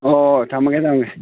ꯑꯣ ꯑꯣ ꯊꯝꯃꯒꯦ ꯊꯝꯃꯒꯦ